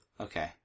Okay